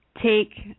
take